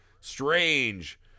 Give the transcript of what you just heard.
Strange